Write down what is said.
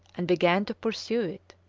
and began to pursue it.